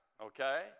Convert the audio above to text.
Okay